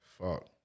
Fuck